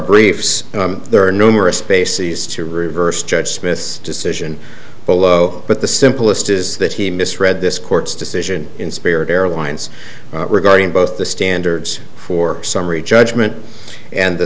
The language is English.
briefs there are numerous bases to reverse judge smith decision below but the simplest is that he misread this court's decision in spirit airlines regarding both the standards for summary judgment and the